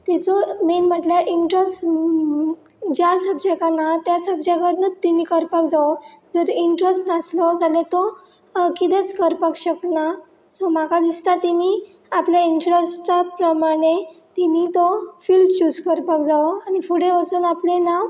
तेचो मेन म्हटल्यार इंट्रस्ट ज्या सबजेक्ट ना त्या सब्जेक्टानूच तेणी करपाक जावो जर इंट्रस्ट नासलो जाल्यार तो कितेंच करपाक शकना सो म्हाका दिसता तेणी आपल्या इंट्रस्टा प्रमाणें तिनी तो फिल्ड चूज करपाक जावो आनी फुडें वचून आपलें नांव